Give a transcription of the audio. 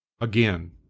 again